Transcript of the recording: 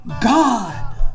God